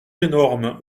énormes